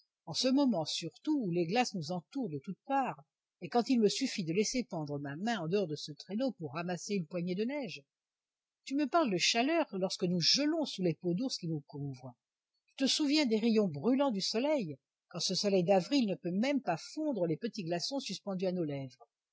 en ce moment surtout où les glaces nous entourent de toutes parts et quand il me suffit de laisser pendre ma main en dehors de ce traîneau pour ramasser une poignée de neige tu me parles de chaleur lorsque nous gelons sous les peaux d'ours qui nous couvrent tu te souviens des rayons brûlants du soleil quand ce soleil d'avril ne peut même pas fondre les petits glaçons suspendus à nos lèvres